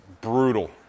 brutal